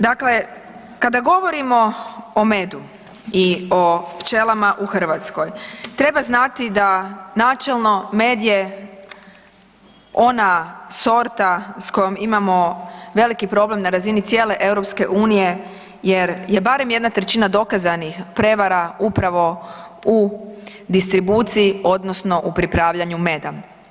Dakle, kada govorimo o medu i o pčelama u Hrvatskoj, treba znati da načelno med je ona sorta s kojom imamo veliki problem na razini cijele EU-a jer je barem 1/3 dokazanih prevara upravo u distribuciji odnosno u pripravljanju meda.